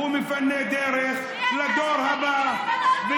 הוא מפנה דרך לדור הבא, מי אתה שתגיד?